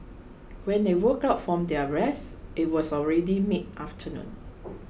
when they woke up from their rest it was already mid afternoon